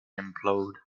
implode